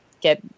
get